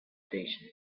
station